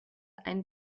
ein